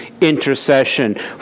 intercession